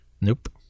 Nope